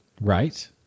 Right